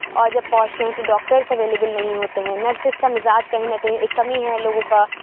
اور جب پہنچتے ہیں تو ڈاکٹرس اویلیبل نہیں ہوتے ہیں نرسس کا مزاج کہیں نہ کہیں ایک کمی ہے لوگوں کا